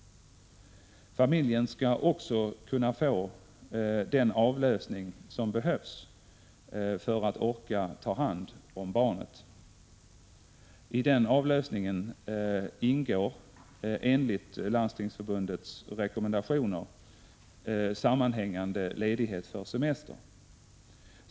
Familjen skall också kunna få den avlösning som behövs för att orka ta hand om barnet. I den avlösningen ingår — enligt Landstingsförbundets rekommendationer — sammanhängande ledighet för semester.